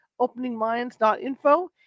openingminds.info